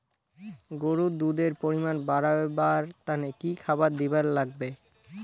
গরুর দুধ এর পরিমাণ বারেবার তানে কি খাবার দিবার লাগবে?